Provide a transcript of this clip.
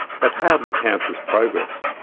that hardly counts as progress.